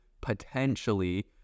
potentially